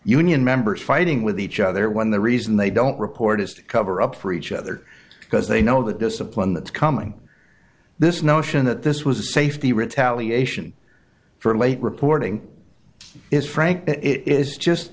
union members fighting with each other when the reason they don't report is to cover up for each other because they know that discipline that's coming this notion that this was a safety retaliate for late reporting is frank it is just